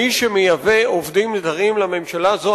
מי שמייבא עובדים זרים למדינה, זו